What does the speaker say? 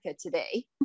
today